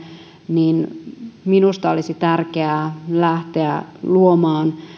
niin minusta olisi tärkeää lähteä luomaan